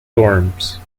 dorms